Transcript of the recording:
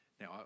Now